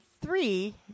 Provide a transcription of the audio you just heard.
three